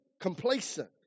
complacent